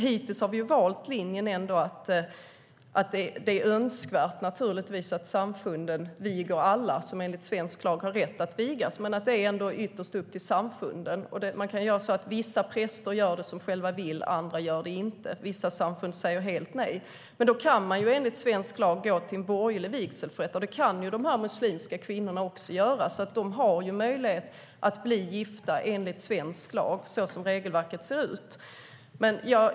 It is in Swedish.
Hittills har vi valt linjen att det naturligtvis är önskvärt att samfunden viger alla som enligt svensk lag har rätt att vigas, men ytterst är det upp till samfunden. Vissa präster gör som de själva vill, andra gör det inte. Vissa samfund säger helt nej. Då kan man enligt svensk lag gå till en borgerlig vigselförrättare. Det kan de muslimska kvinnorna också göra. Så som regelverket ser ut har de möjlighet att bli gifta enligt svensk lag.